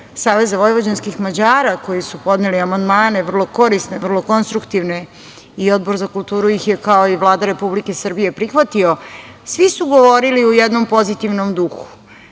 Saveza vojvođanskih Mađara koji su podneli amandmane, vrlo korisne, vrlo konstruktivne i Odbor za kulturu ih je, kao i Vlada Republike Srbije, prihvatio, svi su govorili u jednom pozitivnom duhu. To